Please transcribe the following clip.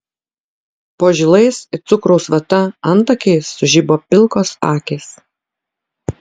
po žilais it cukraus vata antakiais sužibo pilkos akys